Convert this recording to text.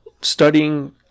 studying